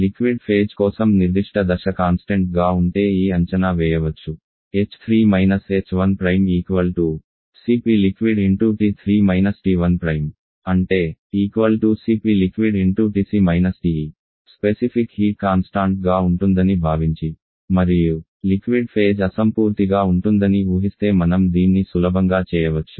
liquid phase కోసం నిర్దిష్ట దశ కాన్స్టెంట్ గా ఉంటే ఈ అంచనా వేయవచ్చు h3 − h1 Cpliq T3 T1 అంటే Cpliq TC - TE specific heat constant గా ఉంటుందని భావించి మరియు లిక్విడ్ ఫేజ్ అసంపూర్తిగా ఉంటుందని ఊహిస్తే మనం దీన్ని సులభంగా చేయవచ్చు